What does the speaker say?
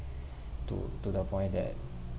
to to the point that